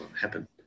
happen